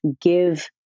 give